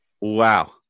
Wow